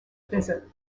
visit